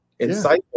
insightful